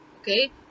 okay